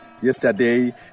Yesterday